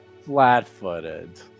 flat-footed